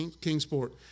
Kingsport